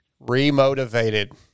Remotivated